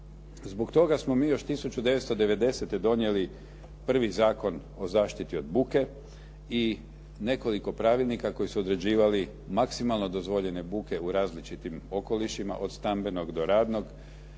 Zbog toga smo mi još 1990. donijeli prvi Zakon o zaštiti od buke i nekoliko pravilnika koji su određivali maksimalno dozvoljene buke u različitim okolišima od stambenog do radnog,